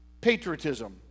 patriotism